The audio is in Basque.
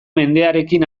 mendearekin